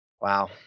wow